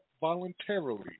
voluntarily